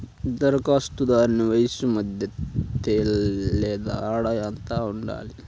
ధరఖాస్తుదారుని వయస్సు మగ లేదా ఆడ ఎంత ఉండాలి?